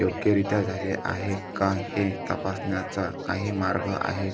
योग्यरीत्या झाले आहे का हे तपासण्याचा काही मार्ग आहे